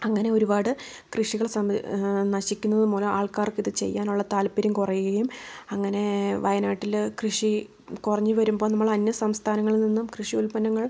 അങ്ങനെ ഒരുപാട് കൃഷികൾ നശിക്കുന്നത് മൂലം ആൾക്കാർക്ക് ഇത് ചെയ്യാനുള്ള താല്പര്യം കുറയുകയും അങ്ങനെ വയനാട്ടില് കൃഷി കുറഞ്ഞവരുമ്പോ നമ്മൾ അന്യസംസ്ഥാനങ്ങളിൽ നിന്നു കൃഷി ഉല്പന്നങ്ങൾ